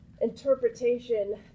interpretation